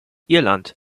irland